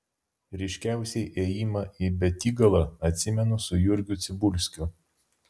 ryškiausiai ėjimą į betygalą atsimenu su jurgiu cibulskiu